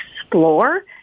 explore